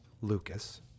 Lucas